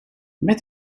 met